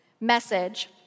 message